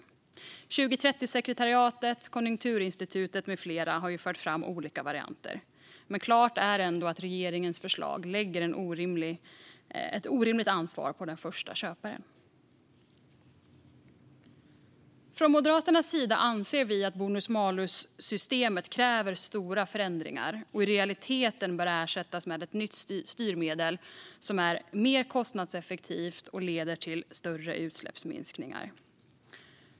Såväl 2030-sekretariatet som Konjunkturinstitutet med flera har fört fram olika varianter. Men klart är att regeringens förslag lägger ett orimligt ansvar på den första köparen. Från Moderaternas sida anser vi att bonus-malus-systemet kräver stora förändringar och i realiteten bör ersättas med ett nytt styrmedel som är mer kostnadseffektivt och leder till större utsläppsminskningar.